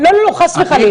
לא לא לא, חס וחלילה.